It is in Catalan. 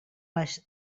les